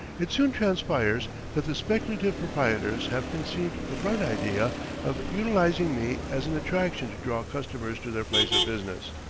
it soon transpires that the speculative proprietors have conceived the bright idea of utilizing me as an attraction to draw customers to their place of business.